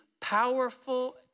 powerful